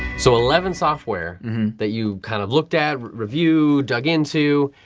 so eleven software that you kind of looked at, reviewed, dug into,